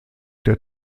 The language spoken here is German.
der